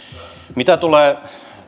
mitä tulee